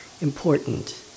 important